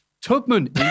Tubman